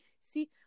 see